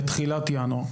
בתחילת ינואר.